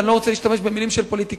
אני לא רוצה להשתמש במלים של פוליטיקאי,